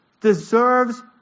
deserves